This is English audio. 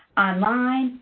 online,